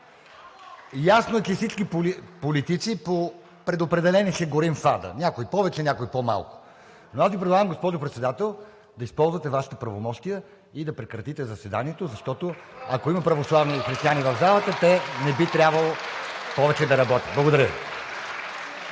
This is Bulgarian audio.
Ясно е, че всички политици по предопределение сигурно ще горим в ада – някой повече, някой по-малко. Предлагам Ви, госпожо Председател, да използвате Вашите правомощия и да прекратите заседанието, защото, ако има православни християни в залата, не би трябвало повече да работят. Благодаря